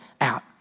out